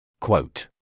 Quote